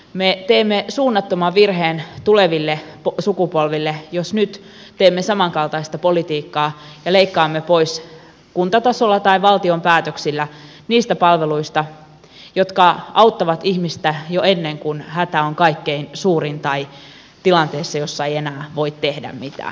me teemme suunnattoman virheen tuleville sukupolville jos nyt teemme samankaltaista politiikkaa ja leikkaamme pois kuntatasolla tai valtion päätöksillä niistä palveluista jotka auttavat ihmistä jo ennen kuin hätä on kaikkein suurin tai tilanteessa jossa ei enää voi tehdä mitään